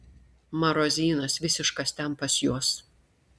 marozynas visiškas ten pas juos